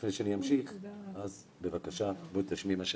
אז לפני שאני אמשיך,